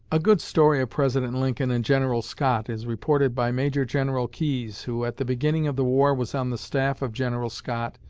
a good story of president lincoln and general scott is reported by major-general keyes, who at the beginning of the war was on the staff of general scott,